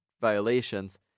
violations